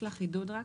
לחידוד רק.